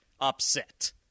upset